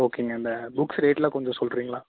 ஓகேங்க இந்த புக்ஸ் ரேட்டெலாம் கொஞ்சம் சொல்கிறீங்களா